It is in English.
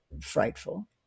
frightful